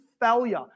failure